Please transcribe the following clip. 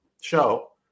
show